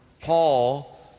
Paul